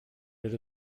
did